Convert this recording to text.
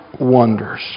wonders